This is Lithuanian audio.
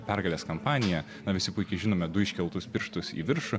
pergalės kampaniją na visi puikiai žinome du iškeltus pirštus į viršų